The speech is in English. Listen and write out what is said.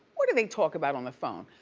what do they talk about on the phone?